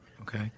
Okay